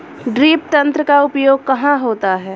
Drip तंत्र का उपयोग कहाँ होता है?